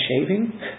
shaving